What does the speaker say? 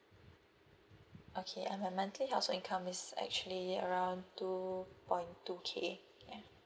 okay uh my monthly household income is actually around two point two K ya